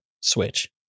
switch